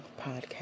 Podcast